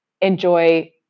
enjoy